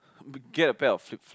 get a pair of flip flop